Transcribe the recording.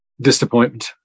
Disappointment